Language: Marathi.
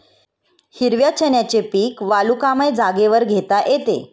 हिरव्या चण्याचे पीक वालुकामय जागेवर घेता येते